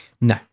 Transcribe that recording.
No